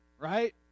Right